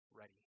ready